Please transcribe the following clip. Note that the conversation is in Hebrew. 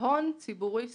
והון ציבורי סחיר.